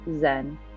zen